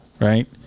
right